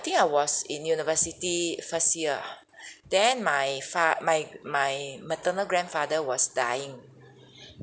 think I was in university first year ah then my fa~ my my maternal grandfather was dying